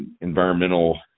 environmental